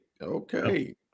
Okay